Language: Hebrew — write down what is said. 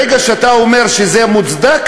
ברגע שאתה אומר שזה היה מוצדק,